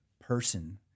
person –